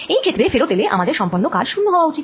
এই ক্ষেত্রে ফেরত এলে আমাদের সম্পন্ন কাজ শূন্য হওয়া উচিত